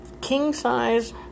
king-size